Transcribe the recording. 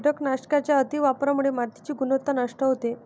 कीटकनाशकांच्या अतिवापरामुळे मातीची गुणवत्ता नष्ट होते